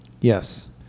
Yes